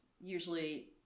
usually